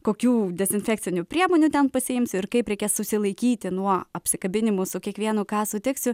kokių dezinfekcinių priemonių ten pasiimsiu ir kaip reikės susilaikyti nuo apsikabinimų su kiekvienu ką sutiksiu